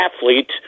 athlete